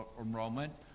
enrollment